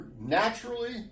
naturally